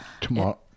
Tomorrow